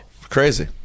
Crazy